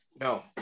No